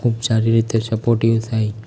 ખૂબ સારી રીતે સપોર્ટીવ થાય